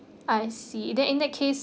I see then in that case